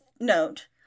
note